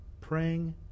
praying